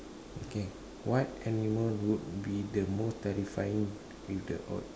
okay what animal would be the most terrifying with the add~